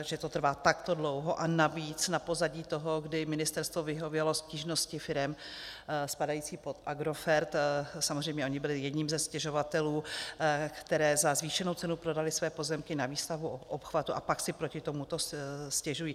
Že to trvá takto dlouho a navíc na pozadí toho, kdy ministerstvo vyhovělo stížnosti firem spadajících pod Agrofert samozřejmě oni byli jedním ze stěžovatelů které za zvýšenou cenu prodaly své pozemky na výstavbu obchvatu a pak si proti tomuto stěžují nebo protestují.